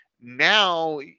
now